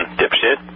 dipshit